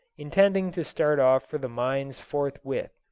intending to start off for the mines forthwith.